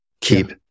keep